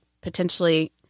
potentially